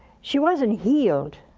she wasn't healed